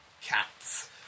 cats